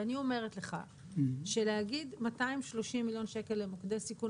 ואני אומרת לך שלהגיד 230 מיליון שקל למוקדי סיכון